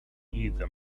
either